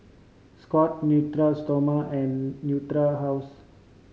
Scott Natura Stoma and Natura House